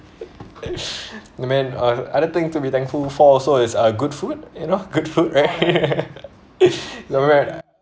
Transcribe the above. uh man uh other thing to be thankful for also it's uh good food you know good food right ya